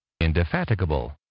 indefatigable